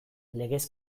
legez